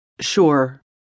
Sure